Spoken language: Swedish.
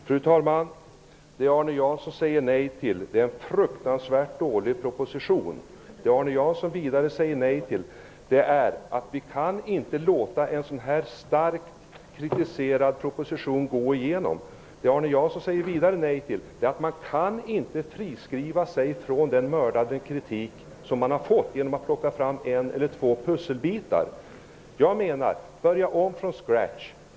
Fru talman! Det jag säger nej till är en fruktansvärt dålig proposition. Det jag vidare säger nej till är att vi inte kan anta en så starkt kritiserad proposition. Man kan inte heller friskriva sig från den mördande kritik som man fått enbart genom att plocka fram en eller två pusselbitar. Börja om från början.